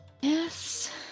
Yes